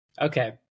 Okay